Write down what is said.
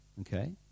okay